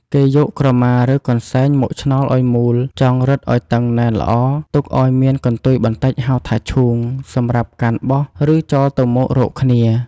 គេយកក្រមារឺកន្សែងមកឆ្នូលអោយមូលចងរិតអោយតឹងណែនល្អ ទុកអោយមានកន្ទុយបន្ដិចហៅថា «ឈូង» សំរាប់កាន់បោះរឺចោលទៅមករកគ្នា។